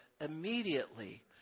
immediately